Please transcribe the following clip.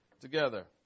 together